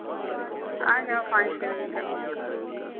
आ जाओ पाँच छह बजे तक